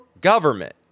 government